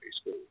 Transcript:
school